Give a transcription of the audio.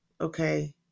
okay